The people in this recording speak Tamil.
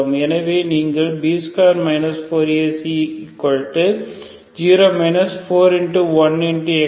எனவே நீங்கள் B2 4AC0 4